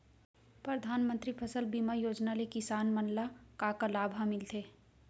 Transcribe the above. परधानमंतरी फसल बीमा योजना ले किसान मन ला का का लाभ ह मिलथे?